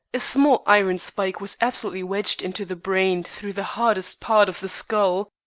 a small iron spike was absolutely wedged into the brain through the hardest part of the skull.